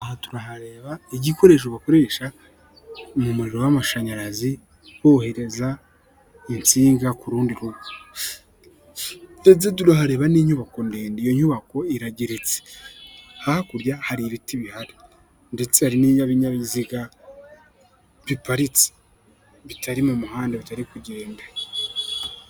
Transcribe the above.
Aha turahareba igikoreshokoresha mu muriro w'amashanyarazi bohereza insinga ku rundi rugo, ndetse turahareba n'inyubako ndende, iyo nyubako iragiretse, hakurya hari ibiti bihari ndetse hari n'ibinyabiziga biparitse, bitari mu muhanda bitari kugenda.